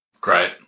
Great